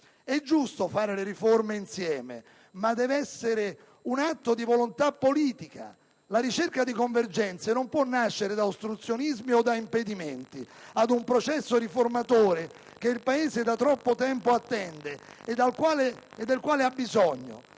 È giusto fare riforme insieme, ma deve essere un atto di volontà politica. La ricerca di convergenze non può nascere da ostruzionismi o da impedimenti ad un processo riformatore che il Paese da troppo tempo attende e del quale ha bisogno.